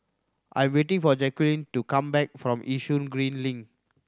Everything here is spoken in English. I am waiting for Jacquelynn to come back from Yishun Green Link